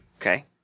Okay